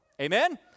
Amen